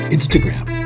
Instagram